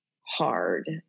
hard